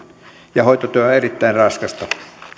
ja hoitotyö on erittäin raskasta